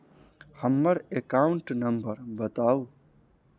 हम्मर account number बताऊ?